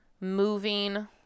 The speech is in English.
moving